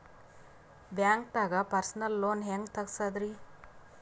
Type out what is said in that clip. ಬ್ಯಾಂಕ್ದಾಗ personal loan ಹೆಂಗ್ ತಗ್ಸದ್ರಿ?